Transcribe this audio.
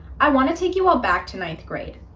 i want to take you all back to ninth grade.